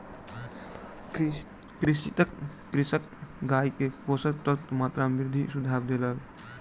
चिकित्सक कृषकक गाय के पोषक तत्वक मात्रा में वृद्धि के सुझाव देलक